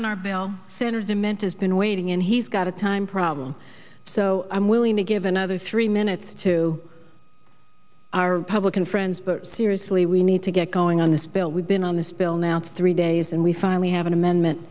in our bail synergy mentors been waiting and he's got a time problem so i'm willing to give another three minutes to our public and friends but seriously we need to get going on this bill we've been on this bill now three days and we finally have an amendment